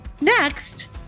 Next